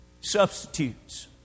Substitutes